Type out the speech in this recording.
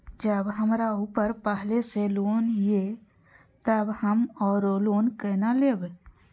जब हमरा ऊपर पहले से लोन ये तब हम आरो लोन केना लैब?